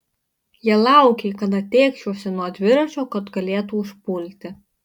jie laukė kada tėkšiuosi nuo dviračio kad galėtų užpulti